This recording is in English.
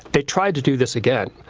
they tried to do this again,